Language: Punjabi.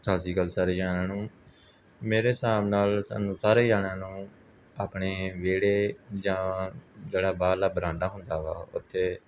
ਸਤਿ ਸ਼੍ਰੀ ਅਕਾਲ ਸਾਰੇ ਜਣਿਆਂ ਨੂੰ ਮੇਰੇ ਹਿਸਾਬ ਨਾਲ ਸਾਨੂੰ ਸਾਰੇ ਹੀ ਜਣਿਆਂ ਨੂੰ ਆਪਣੇ ਵਿਹੜੇ ਜਾਂ ਜਿਹੜਾ ਬਾਹਰਲਾ ਵਰਾਂਡਾ ਹੁੰਦਾ ਵਾ ਉੱਥੇ